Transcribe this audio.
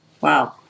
Wow